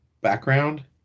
background